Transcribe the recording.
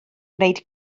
gwneud